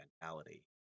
mentality